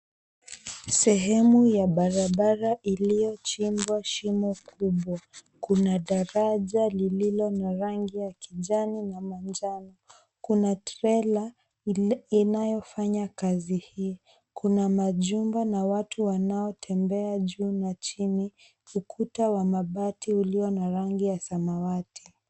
Sehemu ya barabara iliyochimbwa shimo kubwa kuna daraja lililo la rangi ya kijani na manjano, kuna trela inayofanya kazi hii. Kuna majumba na watu wanaotembea juu na chini ukuta wa mabati ulio wa rangi ya samawati.